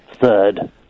Third